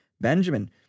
Benjamin